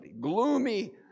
gloomy